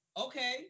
Okay